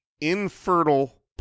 infertile